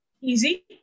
easy